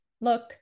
look